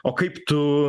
o kaip tu